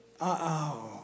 Uh-oh